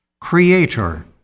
Creator